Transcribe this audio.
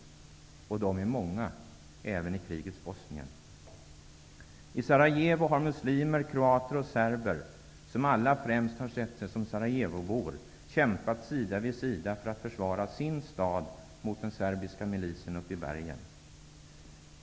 Och de är många, även i krigets Bosnien. I Sarajevo har muslimer, kroater och serber, som alla främst har sett sig som Sarajevobor, kämpat sida vid sida för att försvara sin stad mot den serbiska milisen uppe i bergen.